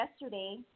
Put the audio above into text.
yesterday